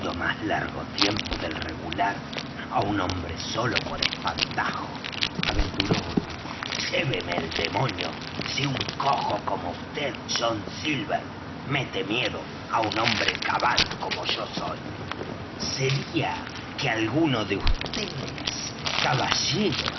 más largo tiempo del regular á un hombre solo por espantajo aventuró otro lléveme el demonio si un cojo como vd john silver mete miedo á un hombre cabal como yo soy sería que alguno de vds caballeros